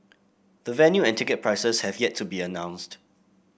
the venue and ticket prices have yet to be announced